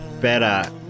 better